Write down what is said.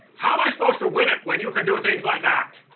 how am i supposed to win it when you can do things like that?